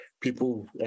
people